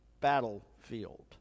battlefield